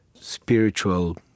spiritual